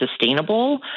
sustainable